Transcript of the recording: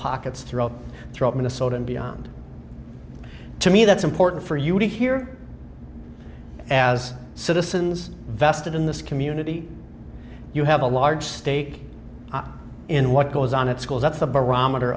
pockets throughout throughout minnesota and beyond to me that's important for you to hear as citizens vested in this community you have a large stake in what goes on at schools that's a barometer